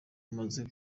amaze